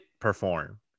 perform